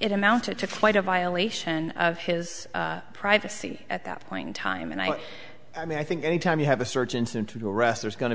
it amounted to quite a by elation of his privacy at that point in time and i i mean i think any time you have a search into your rest there is go